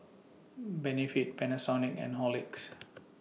Benefit Panasonic and Horlicks